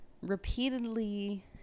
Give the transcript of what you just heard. repeatedly